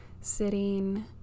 sitting